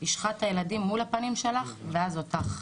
אני אשחט את הילדים מול הפנים שלך ואז אותך'.